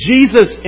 Jesus